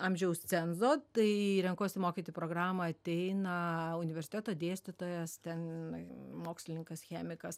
amžiaus cenzo tai į renkuosi mokyti programą ateina universiteto dėstytojas ten mokslininkas chemikas